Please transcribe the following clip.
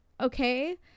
okay